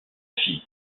fille